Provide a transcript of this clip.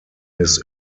his